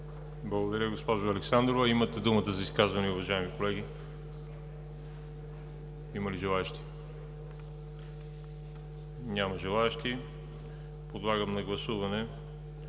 Благодаря, госпожо Александрова. Имате думата за изказвания, уважаеми колеги? Няма желаещи. Подлагам на гласуване